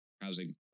Housing